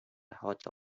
hotel